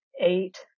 eight